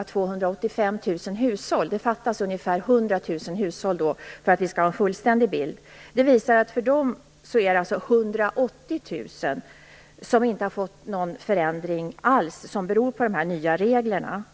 av 285 000 hushåll - det fattas ungefär 100 000 hushåll för att vi skall ha en fullständig bild - visar att 180 000 inte har fått någon förändring alls beroende på de nya reglerna.